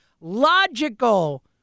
logical